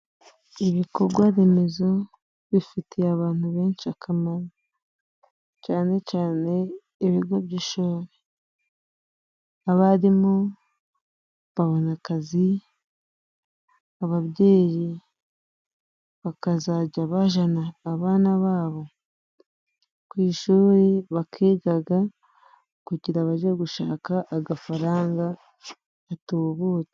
Ibikogwa remezo bifitiye abantu benshi akamaro cyane cyane ibigo by'ishuri. Abarimu babona akazi, ababyeyi bakazajya bajana abana babo ku ishuri bakigaga kugira baje gushaka agafaranga gatubutse.